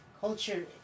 culture